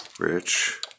Rich